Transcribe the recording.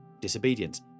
disobedience